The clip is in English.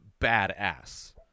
badass